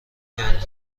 کردم